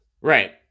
Right